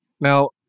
now